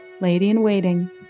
lady-in-waiting